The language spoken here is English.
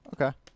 okay